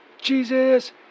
Jesus